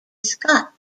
scott